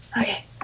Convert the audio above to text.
Okay